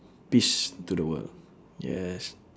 peace to the world yes